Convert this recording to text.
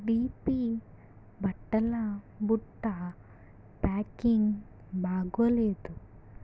deep బట్టల బుట్ట packing బాగోలేదు